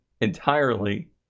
entirely